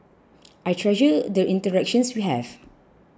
I treasure the interactions we have